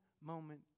moment